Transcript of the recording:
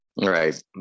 Right